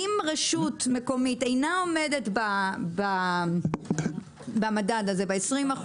אם רשות מקומית אינה עומדת במדד הזה ב-20%,